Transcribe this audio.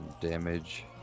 damage